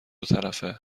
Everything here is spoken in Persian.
طرفه